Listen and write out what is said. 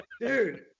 Dude